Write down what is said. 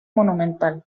monumental